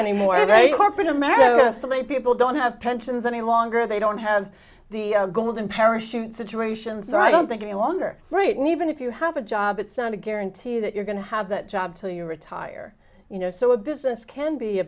very corporate america people don't have pensions any longer they don't have the golden parachute situation so i don't think any longer right and even if you have a job at sun to guarantee that you're going to have that job till you retire you know so a business can be a